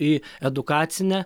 į edukacinę